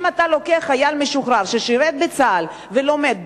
אם אתה לוקח חייל משוחרר ששירת בצה"ל ולומד,